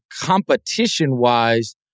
competition-wise